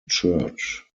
church